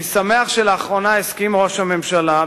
אני שמח שלאחרונה הסכים ראש הממשלה,